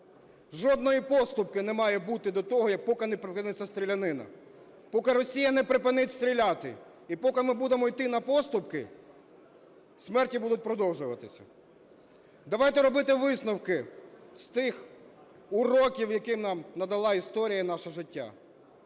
Жодної поступки не має бути до того, поки не припиниться стрілянина, поки Росія не припинить стріляти. І поки ми будемо йти на поступки, смерті будуть продовжуватись. Давайте робити висновки з тих уроків, які нам надала історія і наше життя.